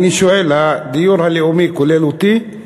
אני שואל: הדיור הלאומי כולל אותי?